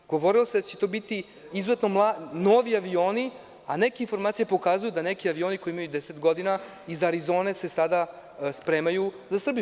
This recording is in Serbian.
Govorilo se da će to biti izuzetno novi avioni, a neke informacije pokazuju da se neki avioni koji imaju deset godina iz Arizone sada spremaju za Srbiju.